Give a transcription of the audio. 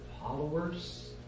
followers